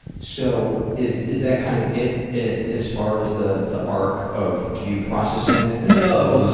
so, is is that kind of it it as far as the the arc of you processing it? no,